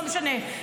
לא משנה,